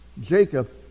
Jacob